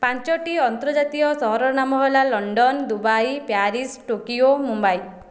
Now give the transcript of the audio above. ପାଞ୍ଚଟି ଆନ୍ତର୍ଜାତୀୟ ସହରର ନାମ ହେଲା London Dubai Paris Tokyo Mumbai